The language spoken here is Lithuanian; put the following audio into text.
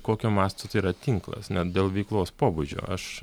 kokio masto tai yra tinklas net dėl veiklos pobūdžio aš